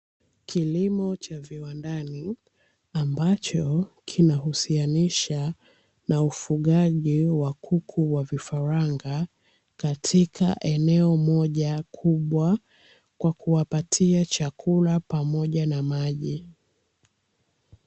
Kilimo cha viwandani, ambacho kinahusianisha na ufugaji wa kuku wa vifaranga katika eneo moja kubwa kwa kuwapatia chakula pamoja na maji.